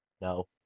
No